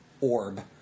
orb